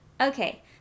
Okay